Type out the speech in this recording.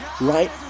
right